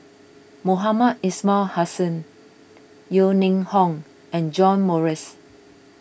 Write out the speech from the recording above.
Mohamed Ismail Hussain Yeo Ning Hong and John Morrice